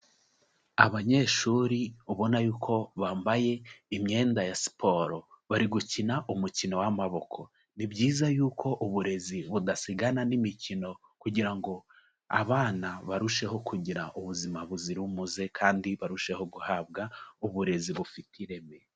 Abanyeshuri ubona yuko bambaye imyenda ya siporo, bari gukina umukino w'amaboko. Ni byiza yuko uburezi budasigana n'imikino kugira ngo abana barusheho kugira ubuzima buzira umuze kandi barusheho guhabwa uburezi bufite ireme.